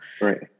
Right